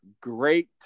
great